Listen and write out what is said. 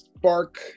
spark